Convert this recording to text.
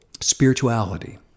spirituality